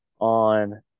on